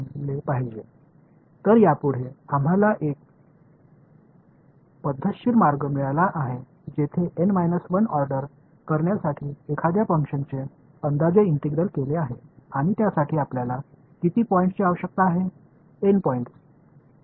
எனவே இது எங்களுக்கு ஒரு முறையான வழியைக் கொடுத்துள்ளது அங்கு N 1 ஐ வரிசை செய்வதற்கான ஒரு செயல்பாட்டின் தோராயமான கணக்கீட்டைக் கணக்கிட்டுள்ளோம் அதற்காக நமக்கு எத்தனை புள்ளிகள் தேவை